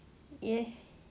yeah